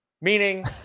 meaning